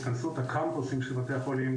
התכנסות הקמפוסים של בתי החולים,